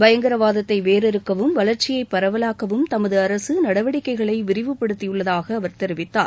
பயங்கரவாதத்தை வேரறுக்கவும் வளர்ச்சியை பரவலாக்கவும் தமது அரசு நடவடிக்கைகளை விரிவுபடுத்தியுள்ளதாக அவர் தெரிவித்தார்